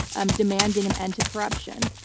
um demanding an end to corruption.